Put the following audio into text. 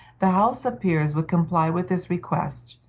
the house of peers would comply with this request,